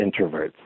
introverts